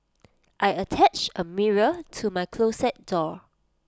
I attached A mirror to my closet door